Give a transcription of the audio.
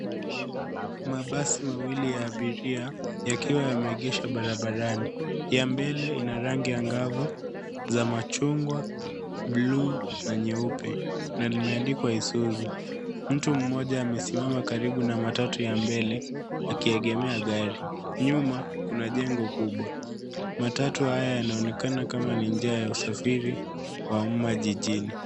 Mabasi mawili ya abiria yakiwa yameegeshwa barabarani. Ya mbele ina rangi angavu za machungwa, bluu na nyeupe na limeandikwa Isuzu. Mtu mmoja amesimama karibu na matatu ya mbele akiegemea gari. Nyuma kuna jengo kubwa. Matatu haya yanaonekana kama usafiri wa umma jijini.